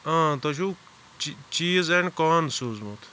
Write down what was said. تۄہہِ چھُو چیٖز اینٛڈ کان سوٗزمُت